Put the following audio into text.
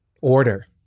order